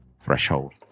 threshold